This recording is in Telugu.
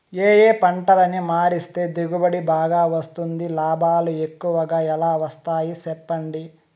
ఏ ఏ పంటలని మారిస్తే దిగుబడి బాగా వస్తుంది, లాభాలు ఎక్కువగా ఎలా వస్తాయి సెప్పండి